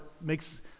makes